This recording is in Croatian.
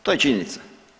To je činjenica.